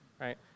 right